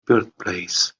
birthplace